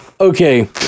Okay